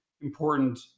important